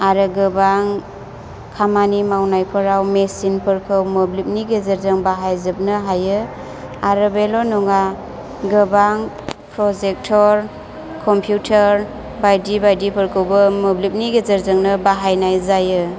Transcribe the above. आरो गोबां खामानि मावनायफोराव मेसिनफोरखौ मोब्लिबनि गेजेरजों बाहायजोबनो हायो आरो बेल' नङा गोबां प्र'जेक्थर कम्पिउटार बायदि बायदि फोरखौबो मोब्लिबनि गेजेरजोंनो बाहायनाय जायो